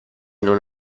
non